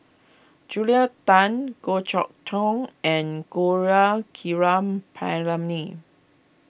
Julia Tan Goh Chok Tong and Gaurav Kripalani